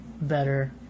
better